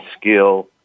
skill